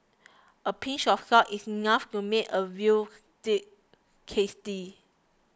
a pinch of salt is enough to make a veal day tasty